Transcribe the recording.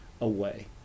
away